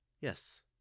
Yes